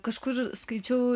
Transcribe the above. kažkur skaičiau